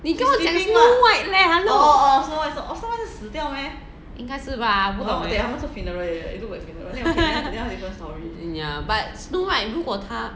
你跟我讲 snow white leh hello 应该是吧 ya but snow white 如果她